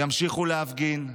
ימשיכו להפגין,